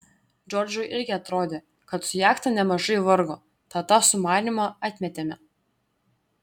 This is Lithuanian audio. džordžui irgi atrodė kad su jachta nemažai vargo tad tą sumanymą atmetėme